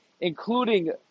including